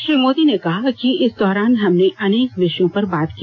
श्री मोदी ने कहा कि इस दौरान हमने अनेक विषयों पर बात की